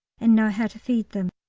and know how to feed them.